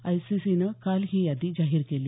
I C C नं काल ही यादी जाहीर केली